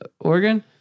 Oregon